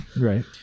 right